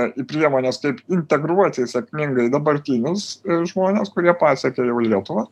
į priemones taip integruoti sėkmingai dabartinius žmones kurie pasiekė jau lietuvą